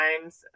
times